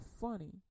funny